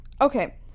Okay